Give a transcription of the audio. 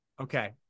Okay